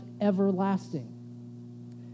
everlasting